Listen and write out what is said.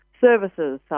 services